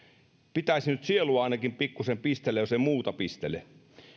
pitäisi nyt sielua ainakin pikkusen pistellä jos ei muuta pistele